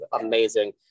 amazing